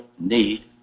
need